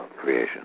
creation